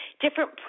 different